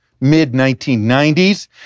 mid-1990s